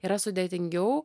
yra sudėtingiau